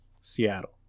Seattle